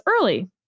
early